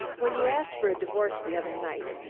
when you asked for a divorce the other night,